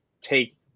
take